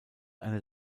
einer